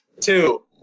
Two